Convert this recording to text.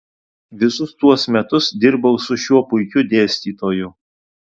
visus tuos metus dirbau su šiuo puikiu dėstytoju